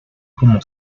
como